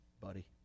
buddy